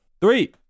three